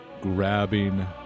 grabbing